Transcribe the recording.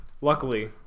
Luckily